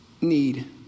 need